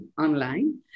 online